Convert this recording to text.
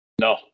No